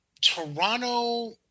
Toronto –